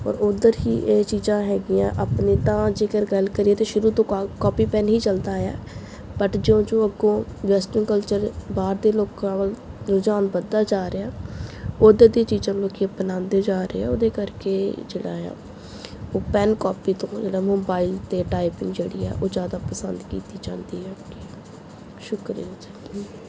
ਔਰ ਉੱਧਰ ਹੀ ਇਹ ਚੀਜ਼ਾਂ ਹੈਗੀਆਂ ਆਪਣੇ ਤਾਂ ਜੇਕਰ ਗੱਲ ਕਰੀਏ ਤਾਂ ਸ਼ੁਰੂ ਤੋਂ ਕਾ ਕੋਪੀ ਪੈੱਨ ਹੀ ਚੱਲਦਾ ਆਇਆ ਬਟ ਜੋ ਜੋ ਅੱਗੋਂ ਵੈਸਟਰਨ ਕਲਚਰ ਬਾਹਰ ਦੇ ਲੋਕਾਂ ਵੱਲ ਰੁਝਾਨ ਵੱਧਦਾ ਜਾ ਰਿਹਾ ਉੱਧਰ ਦੀਆਂ ਚੀਜ਼ਾਂ ਨੂੰ ਲੋਕ ਅਪਣਾਉਂਦੇ ਜਾ ਰਹੇ ਹੈ ਉਹਦੇ ਕਰਕੇ ਜਿਹੜਾ ਆ ਉਹ ਪੈੱਨ ਕੋਪੀ ਤੋਂ ਜਿਹੜਾ ਮੋਬਾਈਲ 'ਤੇ ਟਾਈਪਿੰਗ ਜਿਹੜੀ ਹੈ ਉਹ ਜ਼ਿਆਦਾ ਪਸੰਦ ਕੀਤੀ ਜਾਂਦੀ ਹੈ ਸ਼ੁਕਰੀਆ ਥੈਂਕ ਊ